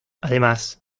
además